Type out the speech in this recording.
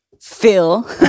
Phil